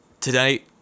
today